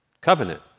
Covenant